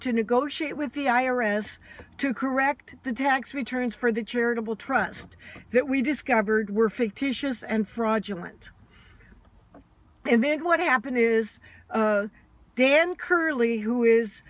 to negotiate with the i r s to correct the tax returns for the charitable trust that we discovered were fictitious and fraudulent and then what happened is then currently who is